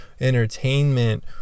entertainment